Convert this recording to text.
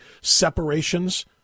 separations